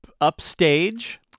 upstage